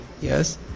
Yes